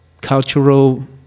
cultural